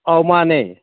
ꯑꯧ ꯃꯥꯅꯦ